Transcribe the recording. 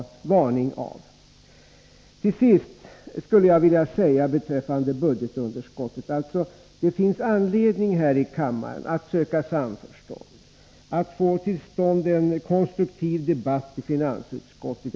Beträffande budgetunderskottet skulle jag till sist vilja säga att det finns anledning att söka samförstånd här i kammaren och att söka få till stånd en konstruktiv debatt i finansutskottet.